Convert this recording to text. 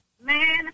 Man